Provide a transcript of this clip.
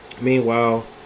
Meanwhile